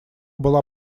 была